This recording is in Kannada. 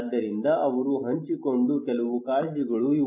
ಆದ್ದರಿಂದ ಅವರು ಹಂಚಿಕೊಂಡ ಕೆಲವು ಕಾಳಜಿಗಳು ಇವು